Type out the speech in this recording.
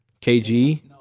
KG